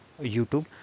YouTube